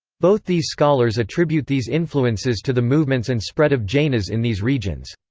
both these scholars attribute these influences to the movements and spread of jainas in these regions.